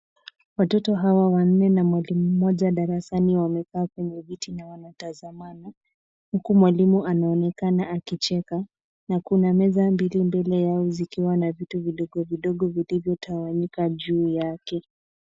Watoto hawa wanne na mwalimu mmoja darasni na wamekaa kwenye viti na wanatazamana huku mwalimu anayeonekana akicheka na kuna meza mbili mbele yao zikiwa na vitu vidogo vidogo vilivyotawanyika juu yake.